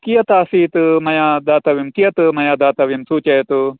कियत् आसीत् कियत् मया दातव्यं सूचयतु